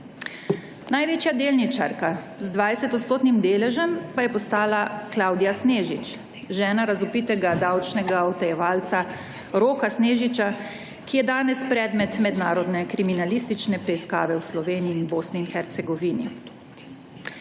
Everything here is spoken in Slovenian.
Največja delničarka z 20 % deležem pa je postala Klavdija Snežič, žena razvpitega davčnega utajevalca Roka Snežiča, ki je danes predmet mednarodne kriminalistične preiskave v Sloveniji ter Bosni in Hercegovini.